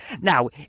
Now